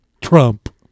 Trump